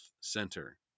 Center